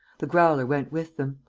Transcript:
the growler went with them.